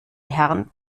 herrn